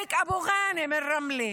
מאלק אבו גאנם מרמלה,